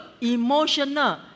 emotional